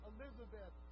Elizabeth